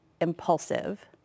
impulsive